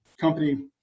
company